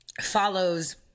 follows